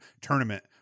tournament